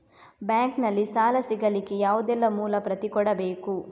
Bank ನಲ್ಲಿ ಸಾಲ ಸಿಗಲಿಕ್ಕೆ ಯಾವುದೆಲ್ಲ ಮೂಲ ಪ್ರತಿ ಕೊಡಬೇಕು?